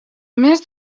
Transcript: mes